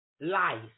life